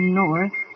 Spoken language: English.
north